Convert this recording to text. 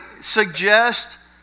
suggest